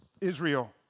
Israel